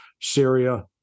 Syria